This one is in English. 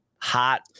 hot